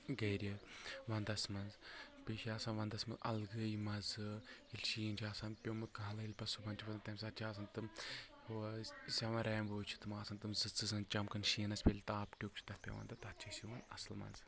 گرِ ونٛدس منٛز بیٚیہِ چھُ آسان ونٛدس منٛز الگٕے مزٕ ییٚلہِ شیٖن چھُ آسان پٮ۪ومُت کالہٕ ییٚلہِ پتہٕ صُبحن چھ وتھان تمہِ ساتہٕ چھ آسان تِم ہُہ سیٚون ریمبوز چھِ تِم آسان تِم سٕژن چمکان شیٖنس ییٚلہِ تاپھ ٹٮ۪وٚک چھُ تتھ پٮ۪وان تتھ چھ أسۍ یِوان اصل مزٕ